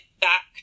back